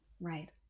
Right